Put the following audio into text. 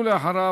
ואחריו,